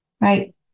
right